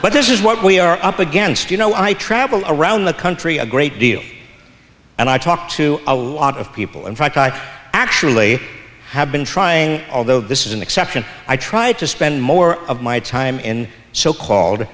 but this is what we are up against you know i travel around the country a great deal and i talk to a lot of people in fact i actually have been trying although this is an exception i try to spend more of my time in so called